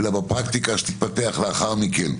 אלא בפרקטיקה שתתפתח לאחר מכן,